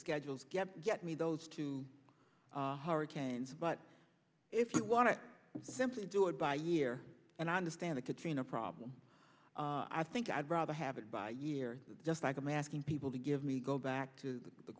schedules get get me those two hurricanes but if you want to simply do it by year and i understand a katrina problem i think i'd rather have it by year just like i'm asking people to give me go back to the